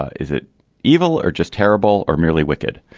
ah is it evil or just terrible or merely wicked.